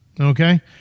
Okay